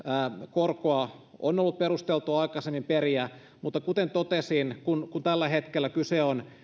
korkoa on ollut aikaisemmin perusteltua periä mutta kuten totesin kun tällä hetkellä kyse on